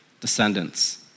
descendants